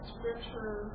Scripture